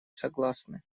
согласны